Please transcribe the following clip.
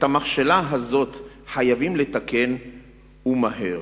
את המכשלה הזאת חייבים לתקן ומהר.